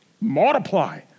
multiply